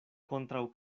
kontraŭ